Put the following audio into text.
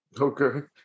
Okay